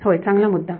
होय चांगला मुद्दा